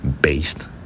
based